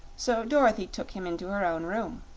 so dorothy took him into her own room.